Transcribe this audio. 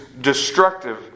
destructive